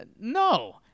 no